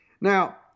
Now